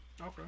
Okay